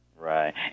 Right